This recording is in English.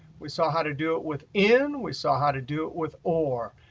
we saw how to do it with in, we saw how to do it with or.